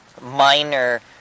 minor